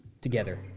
together